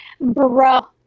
bro